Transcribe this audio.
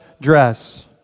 dress